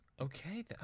Okay